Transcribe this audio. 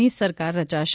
ની સરકાર રચાશે